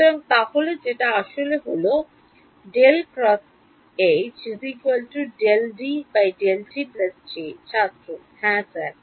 সুতরাং তাহলে যেটা আসলে হল ছাত্র হ্যাঁ স্যার